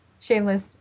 shameless